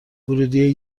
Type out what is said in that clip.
ورودی